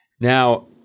Now